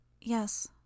Yes